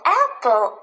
apple